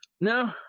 No